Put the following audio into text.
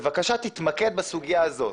בבקשה תתמקד בסוגיה הזאת.